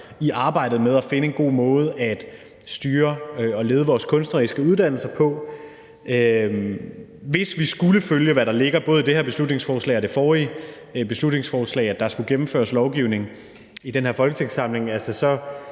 i arbejdet med at finde en god måde at styre og lede vores kunstneriske uddannelser på. Hvis vi skulle følge, hvad der ligger i både det her beslutningsforslag og i det forrige beslutningsforslag, og der skulle gennemføres lovgivning i den her folketingssamling,